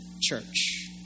church